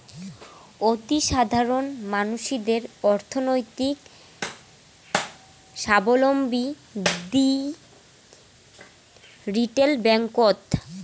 অতিসাধারণ মানসিদের অর্থনৈতিক সাবলম্বী দিই রিটেল ব্যাঙ্ককোত